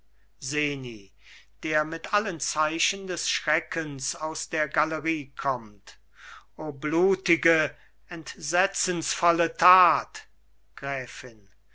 seni der mit allen zeichen des schreckens aus der galerie kommt o blutige entsetzensvolle tat gräfin